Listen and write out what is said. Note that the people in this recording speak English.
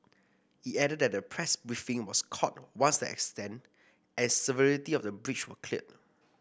it added that a press briefing was called once the extent and severity of the breach were clear